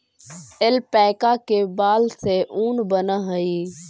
alpaca के बाल से ऊन बनऽ हई